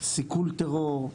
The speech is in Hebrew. סיכול טרור,